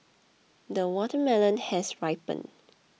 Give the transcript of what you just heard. the watermelon has ripened